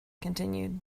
continued